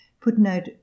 Footnote